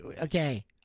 okay